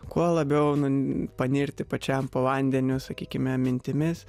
kuo labiau nu panirti pačiam po vandeniu sakykime mintimis